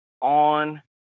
on